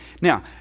now